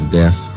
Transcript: death